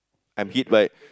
I'm hit right